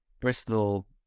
Bristol